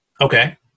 Okay